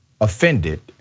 offended